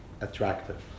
attractive